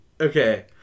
Okay